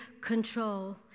control